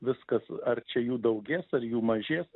viskas ar čia jų daugės ar jų mažės